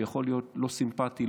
שיכול להיות לא סימפתי,